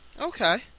Okay